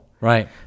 right